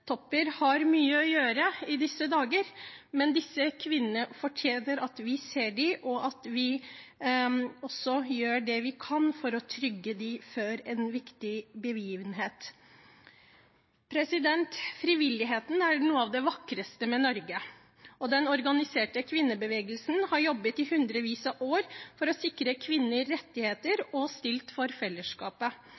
har mye å gjøre i disse dager, men disse kvinnene fortjener at vi ser dem, og at vi også gjør det vi kan for å trygge dem før en viktig begivenhet. Frivilligheten er noe av det vakreste med Norge. Den organiserte kvinnebevegelsen har jobbet i hundrevis av år for å sikre kvinners rettigheter